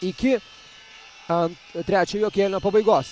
iki a trečiojo kėlinio pabaigos